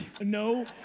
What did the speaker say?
no